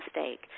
mistake